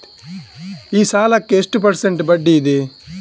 ಈ ಸಾಲಕ್ಕೆ ಎಷ್ಟು ಪರ್ಸೆಂಟ್ ಬಡ್ಡಿ ಇದೆ?